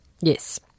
Yes